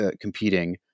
competing